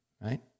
right